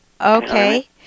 Okay